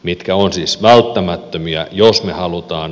mitkä ovat siis välttämättömiä jos halutaan